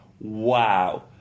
wow